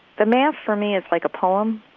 the mass for me is like a poem,